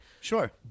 Sure